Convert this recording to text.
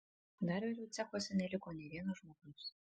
dar vėliau cechuose neliko nė vieno žmogaus